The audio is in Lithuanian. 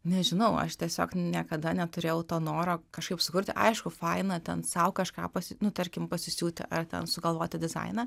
nežinau aš tiesiog niekada neturėjau to noro kažkaip sukurti aišku faina ten sau kažką pasi nu tarkim pasisiūti ar ten sugalvoti dizainą